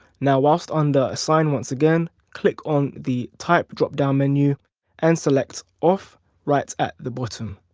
now whilst under assign once again. click on the type drop down menu and select off right at the bottom.